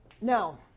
Now